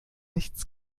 nichts